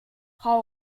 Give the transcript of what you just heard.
frau